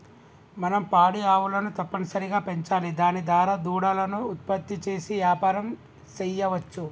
మనం పాడి ఆవులను తప్పనిసరిగా పెంచాలి దాని దారా దూడలను ఉత్పత్తి చేసి యాపారం సెయ్యవచ్చు